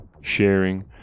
sharing